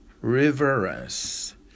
reverence